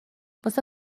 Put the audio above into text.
واسه